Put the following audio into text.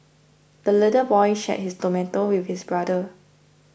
the little boy shared his tomato with his brother